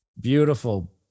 Beautiful